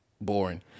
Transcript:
boring